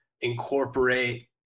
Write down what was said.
incorporate